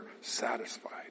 satisfied